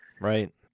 Right